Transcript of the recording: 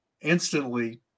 instantly